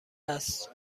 است